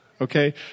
okay